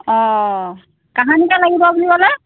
অঁ কাহানিকৈ লাগিব বুলি ক'লে